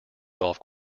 golf